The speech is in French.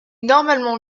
normalement